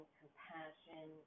compassion